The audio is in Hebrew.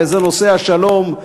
וזה נושא השלום.